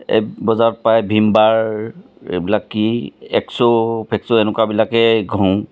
বজাৰত পায় ভীম বাৰ এইবিলাক কি এক্সো ফেক্সো এনেকুৱাবিলাকে ঘহোঁ